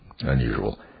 unusual